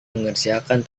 mengerjakan